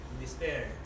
despair